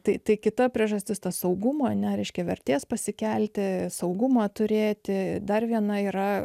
tai kita priežastis ta saugumo nereiškė vertės pasikelti saugumą turėti dar viena yra